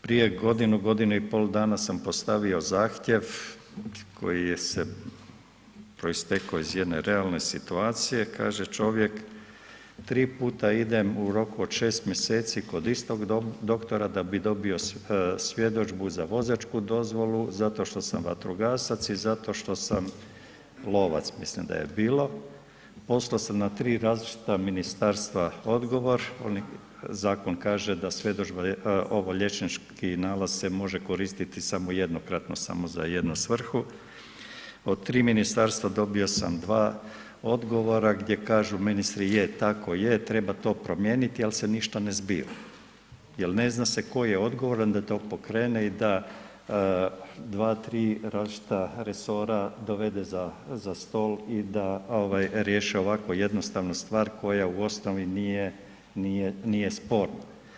Prije godinu, godinu i pol dana sam postavio zahtjev koji je proistekao iz jedne realne situacije, kaže čovjek tri puta idem u roku od 6 mj. kod istog doktora da bi dobio svjedodžbu za vozačku dozvolu zato što sam vatrogasac i zato što sam lovac, mislim da je bilo, poslao sam na tri različita ministarstva odgovor, zakon kaže da liječnički nalaz se može koristiti samo jednokratno samo za jednu svrhu, od tri ministarstva dobio sam dva odgovora gdje kažu ministri je, tako je, treba to promijeniti ali se ništa ne zbiva, jer ne zna se tko je odgovoran da to pokrene i da dva, tri različita resora dovede za stol i da riješe ovako jednostavno stvar koja u osnovi nije sporna.